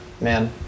man